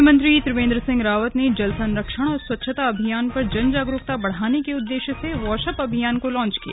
मुख्यमंत्री त्रिवेन्द्र सिंह रावत ने जल संरक्षण और स्वच्छता अभियान पर जन जागरुकता बढ़ाने के उद्देश्य से वॉशअप अभियान को लॉन्च किया